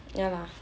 ya lah